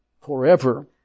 forever